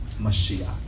Mashiach